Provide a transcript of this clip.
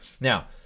Now